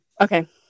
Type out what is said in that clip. Okay